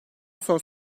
sonra